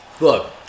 look